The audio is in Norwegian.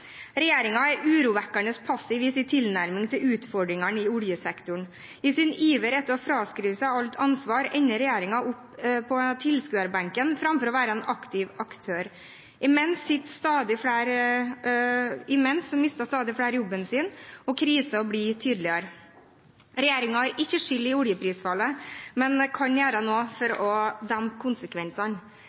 er urovekkende passiv i sin tilnærming til utfordringene i oljesektoren. I sin iver etter å fraskrive seg alt ansvar ender regjeringen opp på tilskuerbenken framfor å være en aktiv aktør. Imens mister stadig flere jobben sin, og krisen blir tydeligere. Regjeringen har ikke skyld i oljeprisfallet, men kan gjøre noe for å dempe konsekvensene.